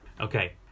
Okay